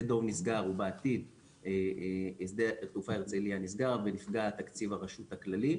דב נסגר ובעתיד שדה התעופה הרצליה נסגר ונפגע תקציב הרשות הכללי,